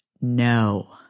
no